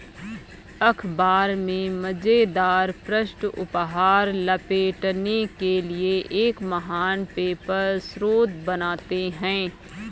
अख़बार में मज़ेदार पृष्ठ उपहार लपेटने के लिए एक महान पेपर स्रोत बनाते हैं